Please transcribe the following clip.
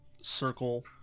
circle